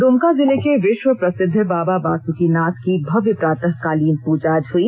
द्मका जिले के विश्व प्रसिद्ध बाबा बासुकिनाथ की भव्य प्रातःकालीन पूजा आज हुई